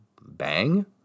bang